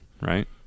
right